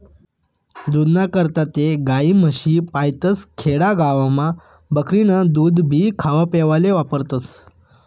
दूधना करता ते गायी, म्हशी पायतस, खेडा गावमा बकरीनं दूधभी खावापेवाले वापरतस